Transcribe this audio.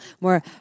more